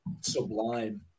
sublime